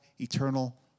eternal